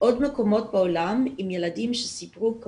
עוד מקומות בעולם כשילדים סיפרו את